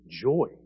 joy